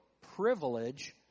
privilege